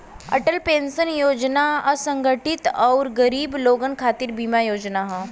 Atal pension योजना असंगठित आउर गरीब लोगन खातिर बीमा योजना हौ